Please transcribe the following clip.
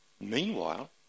Meanwhile